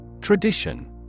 Tradition